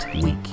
week